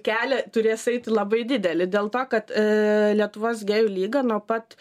kelią turės eiti labai didelį dėl to kad lietuvos gėjų lyga nuo pat